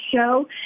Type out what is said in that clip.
Show